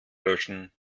löschen